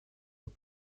und